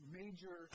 major